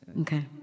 Okay